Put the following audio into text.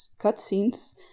cutscenes